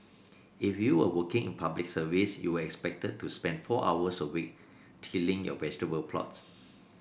if you were working in Public Service you were expected to spend four hours a week tilling your vegetable plots